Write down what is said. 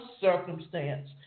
circumstance